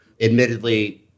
admittedly